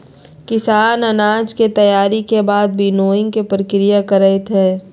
किसान अनाज के तैयारी के बाद विनोइंग के प्रक्रिया करई हई